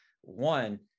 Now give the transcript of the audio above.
One